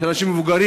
יש אנשים מבוגרים,